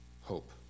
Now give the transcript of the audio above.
hope